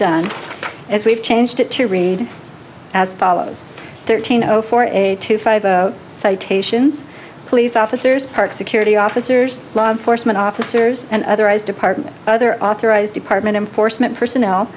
done is we've changed it to read as follows thirteen zero four eight two five citations police officers park security officers law enforcement officers and otherwise department other authorized department enforcement personnel